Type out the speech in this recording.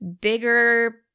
bigger